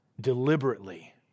deliberately